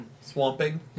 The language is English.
swamping